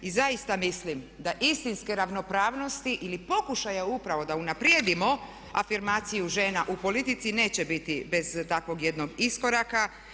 I zaista mislim da istinske ravnopravnosti ili pokušaja upravo da unaprijedimo afirmaciju žena u politici neće biti bez takvog jednog iskoraka.